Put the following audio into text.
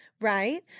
right